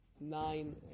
Nine